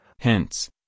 Hence